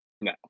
no